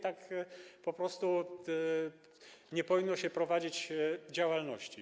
Tak po prostu nie powinno się prowadzić działalności.